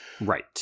Right